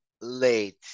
late